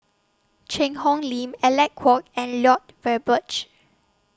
Cheang Hong Lim Alec Kuok and Lloyd Valberg